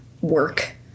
work